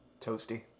Toasty